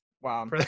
Wow